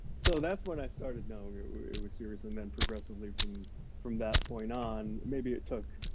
so that's when i started knowing it was serious, and then progressively from from that point on, maybe it took.